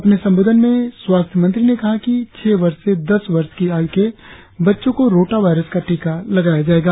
अपने संबोधन में स्वास्थ्य मंत्री ने कहा कि छह वर्ष से दस वर्ष की आयु के बच्चों को रोटा वायरस का टीका दिया जायेगा